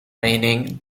mening